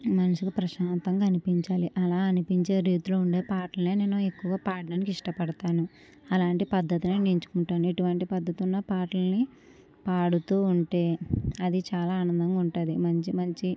మనసుకు ప్రశాంతంగా అనిపించాలి అలా అనిపించే రీతిలో ఉండే పాటల్నే నేను ఎక్కువగా పాడడానికి ఇష్టపడతాను అలాంటి పద్ధతిని ఎంచుకుంటాను ఇటువంటి పద్ధతుల పాటల్ని పాడుతూ ఉంటే అది చాలా ఆనందంగా ఉంటది మంచి మంచి